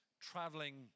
traveling